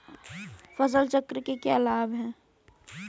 फसल चक्र के क्या लाभ हैं?